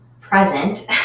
present